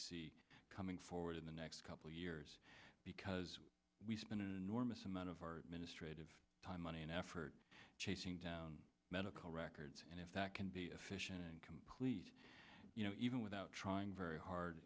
see coming forward in the next couple of years because we spend an enormous amount of our ministry of time money and effort chasing down medical records and if that can be efficient and complete even without trying very hard